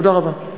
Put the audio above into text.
תודה רבה.